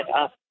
up